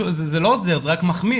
זה לא עוזר אלא זה רק מחמיר.